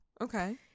Okay